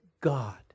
God